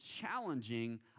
challenging